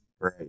Right